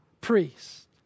priest